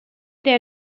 their